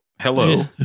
Hello